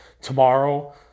tomorrow